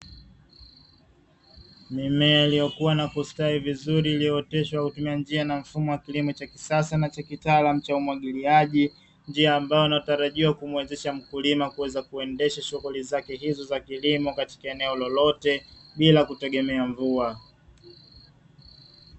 Mimea iliyokuwa na kustawi vizuri iliooteshwa kwa njia na mfumo wa kilimo cha kisasa nachakitaalamu cha umwagiliaji kwa njia ambayo inatarajia kumuwezesha mkulima kuweza kuendesha shughuli zake hizi za kilimo katika eneo lolote bila kutegemea mvua.